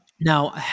Now